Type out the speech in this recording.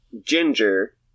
Ginger